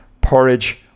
porridge